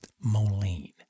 Moline